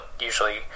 usually